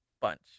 bunch